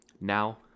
Now